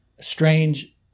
strange